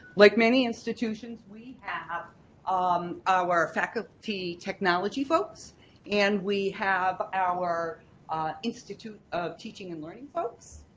like many institutions we have um our faculty technology folks and we have our institute of teaching and learning folks.